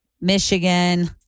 Michigan